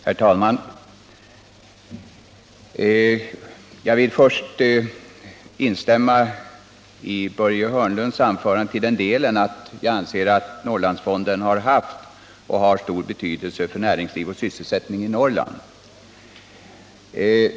Herr talman! Jag vill först instämma i Börje Hörnlunds anförande till den delen att jag anser att Norrlandsfonden har haft och har stor betydelse för näringslivets sysselsättning i Norrland.